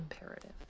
imperative